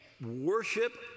worship